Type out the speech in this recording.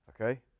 Okay